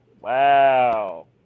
wow